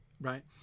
right